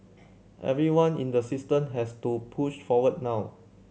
everyone in the system has to push forward now